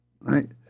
right